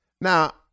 Now